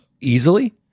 easily